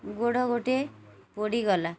ଗୋଡ଼ ଗୋଟେ ପୋଡ଼ିଗଲା